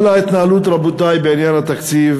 כל ההתנהלות, רבותי, בעניין התקציב